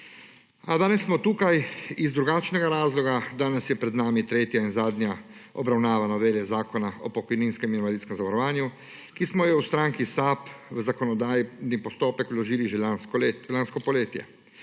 danes smo tukaj iz drugačnega razloga, danes je pred nami tretja in zadnja obravnava novele Zakona o pokojninskem in invalidskem zavarovanju, ki smo jo v stranki SAB v zakonodajni postopek vložili že lansko poletje.